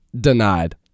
denied